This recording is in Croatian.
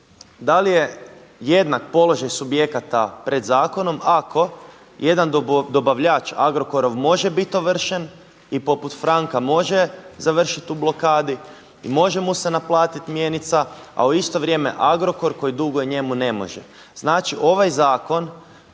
Da li je jednak položaj subjekata pred zakonom ako jedan dobavljač Agrokorov može biti ovršen i poput Franka može završiti u blokadi i može mu se naplatiti mjenica, a u isto vrijeme Agrokor koji duguje njemu ne može? Znači ovaj zakon